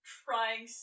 trying